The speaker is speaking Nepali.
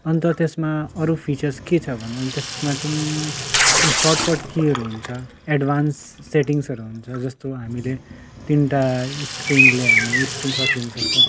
अन्त त्यसमा अरू फिचर्स के छ भन्दा त्यसमा चाहिँ सर्टकट कीहरू हुन्छ एडभान्स सेटिङ्सहरू हुन्छ जस्तो हामीले तिनटा स्क्रिनले हामीले स्क्रिनसट लिनुसक्छ